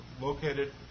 located